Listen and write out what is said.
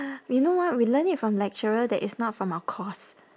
we know what we learned it from lecturer that is not from our course